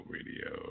Radio